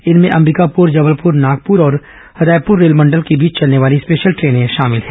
इनमें अबिकापुर जबलपुर नागपुर और रायपुर रेल मंडल के बीच चलने स्पेशल ट्रेनें शामिल हैं